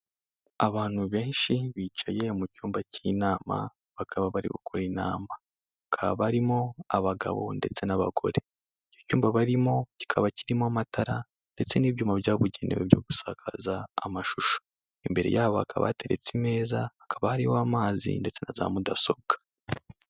Abantu benshi bicaye mu cyumba k'inama bakaba bari gukora inama, bakaba barimo abagabo ndetse n'abagore, icyo cyumba barimo kikaba kirimo amatara ndetse n'ibyuma byabugenewe byo gusakaza amashusho, imbere yabo hakaba hateretse imeza, hakaba hariho amazi ndetse na za mudasobwa.